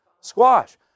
Squash